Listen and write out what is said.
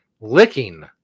licking